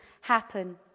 happen